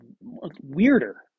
weirder